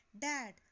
Dad